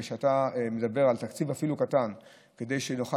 מפני שאתה מדבר על תקציב קטן אפילו כדי שנוכל